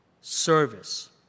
service